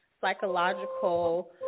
psychological